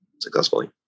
successfully